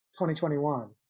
2021